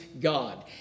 God